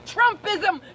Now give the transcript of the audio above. Trumpism